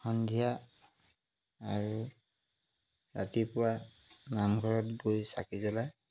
সন্ধিয়া আৰু ৰাতিপুৱা নামঘৰত গৈ চাকি জ্বলায়